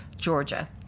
Georgia